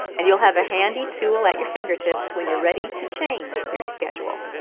and you'll have a handy tool at your fingertips when you're ready to change your schedule.